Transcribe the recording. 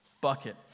bucket